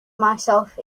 myself